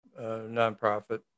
nonprofit